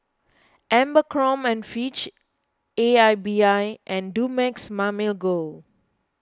Abercrombie and Fitch A I B I and Dumex Mamil Gold